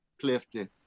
Clifton